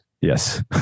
yes